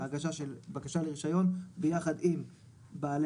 ההגשה של בקשת הרישיון ביחד עם בעלי